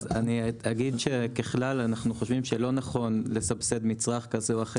אז אני אגיד שככלל אנחנו חושבים שלא נכון לסבסד מצרך כזה או אחר.